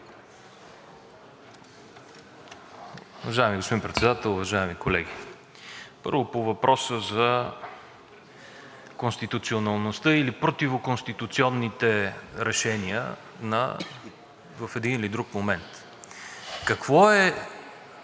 Уважаеми господин Председател, уважаеми колеги! Първо по въпроса за конституционността или противоконституционните решения в един или друг момент. Какво е